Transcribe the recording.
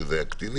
שזה היה קטינים,